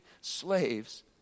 slaves